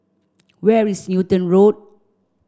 where is Newton Road